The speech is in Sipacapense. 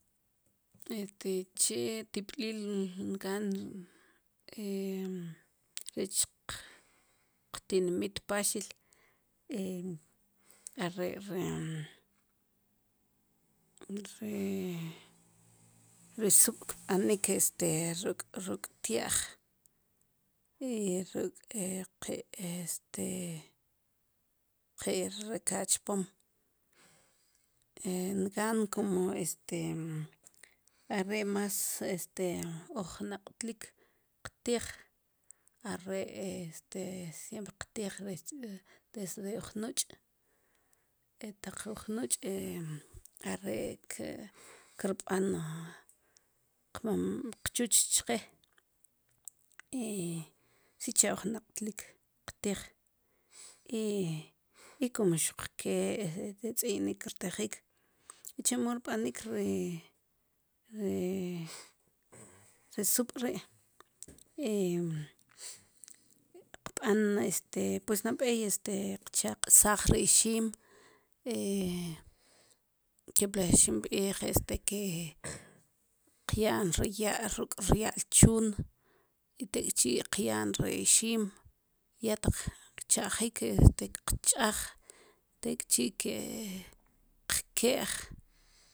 Este che ti b'iij ngaan rech qtinmit paxil are' ri re ri sub' kb'anik ruk' tia'j i ruk' ki este ki rekad chpom ngaan como este are' mas este uj naq'tlik qtij are' este siemp qtij desde uj nuch' e taq uj nuch' e are' k'ri krb'an kchuch chqe i sicha' uj naqtlik qtij i kumo xuq ke che tz'inik rtijik chemo rb'anik ri ri sub' ri qb'an este pues nab'ey este qchaq'saj ri ixiim kipla xinb'iij este ke qya'n ri ya' ruk' ry'al chuun i tek'chi qya'n ri ixiim ya taq kcha'jik este qch'aj tek' chi' ke qke'j